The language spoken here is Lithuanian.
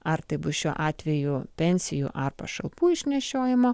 ar tai bus šiuo atveju pensijų ar pašalpų išnešiojimo